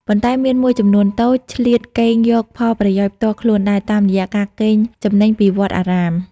ប៉ុន្តែមានមួយចំនួនតូច ឆ្លៀតកេងយកផលប្រយោជន៍ផ្ទាល់ខ្លួនដែរ តាមរយះការកេងចំណេញពីវត្តអារាម។